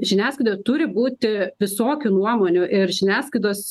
žiniasklaidoje turi būti visokių nuomonių ir žiniasklaidos